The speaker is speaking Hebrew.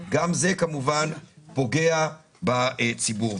גם זה פוגע בציבור.